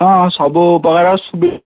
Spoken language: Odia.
ହଁ ସବୁ ପକାର ସୁବି